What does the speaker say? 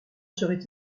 serait